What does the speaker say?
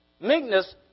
Meekness